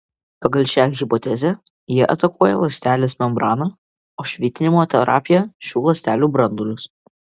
pagal šią hipotezę jie atakuoja ląstelės membraną o švitinimo terapija šių ląstelių branduolius